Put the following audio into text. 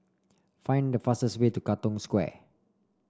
find the fastest way to Katong Square